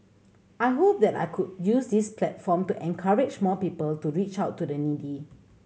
I hope that I could use this platform to encourage more people to reach out to the needy